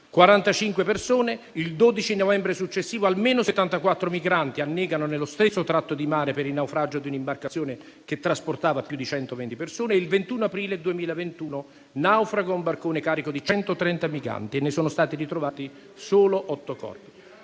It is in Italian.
45 persone. Il 12 novembre 2020 almeno 74 migranti annegano nello stesso tratto di mare, per il naufragio di un'imbarcazione che trasportava 120 persone. Il 21 aprile 2021 naufraga un barcone carico di 130 migranti e sono stati ritrovati solo 8 corpi.